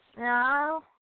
No